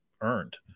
earned